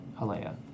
Halea